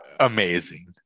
Amazing